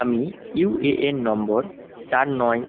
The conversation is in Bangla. আমি ইউএএন নম্বর চার নয়